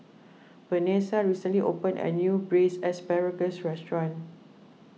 Venessa recently opened a new Braised Asparagus restaurant